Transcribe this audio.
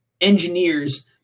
engineers